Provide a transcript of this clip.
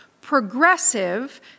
progressive